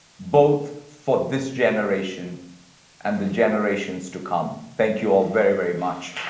both for this generation and the generations to come. thank you all very, very much.